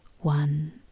one